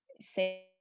say